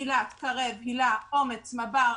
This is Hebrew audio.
מיל"ת, קרב, היל"ה, אומ"ץ, מב"ר